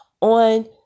on